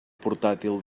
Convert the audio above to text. portàtil